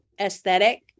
aesthetic